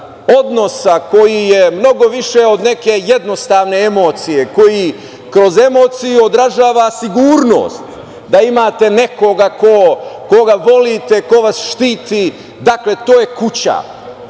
odnosa koji je mnogo više od neke jednostavne emocije koji kroz emociju odražava sigurnost da imate nekoga koga volite, ko vas štiti. To je kuća,